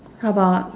how about